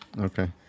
Okay